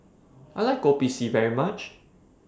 I like Kopi C very much